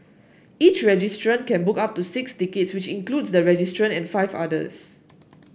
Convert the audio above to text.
each registrant can book up to six tickets which includes the registrant and five others